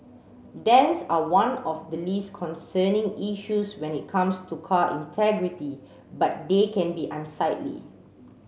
dents are one of the least concerning issues when it comes to car integrity but they can be unsightly